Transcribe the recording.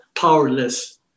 powerless